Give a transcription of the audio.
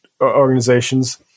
organizations